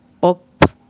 Pop